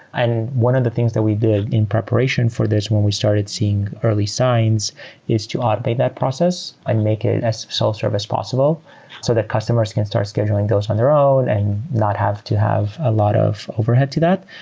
and one of the things that we did in preparation for this when we started seeing early signs is to automate that process. we and make it as self-serve as possible so that customers can start scheduling those on their own and not have to have a lot of overhead to that.